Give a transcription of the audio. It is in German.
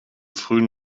frühen